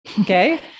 Okay